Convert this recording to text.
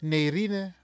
Nerine